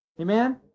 Amen